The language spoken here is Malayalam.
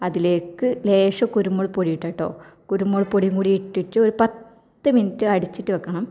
അതിലേക്ക് ലേശം കുരുമുളക് പൊടി ഇടാട്ടോ കുരുമുളക് പൊടിയും കൂടി ഇട്ടിട്ട് ഒരു പത്ത് മിനിറ്റ് അടച്ചിട്ട് വെക്കണം